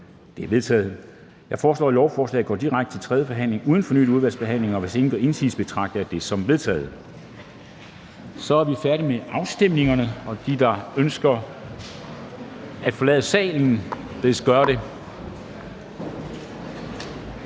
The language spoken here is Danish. De er vedtaget. Jeg foreslår, at lovforslaget går direkte til tredje behandling uden fornyet udvalgsbehandling. Hvis ingen gør indsigelse, betragter jeg det som vedtaget. [Det er vedtaget.] Så er vi færdige med afstemningerne, og de, der ønsker at forlade salen, bedes gøre det.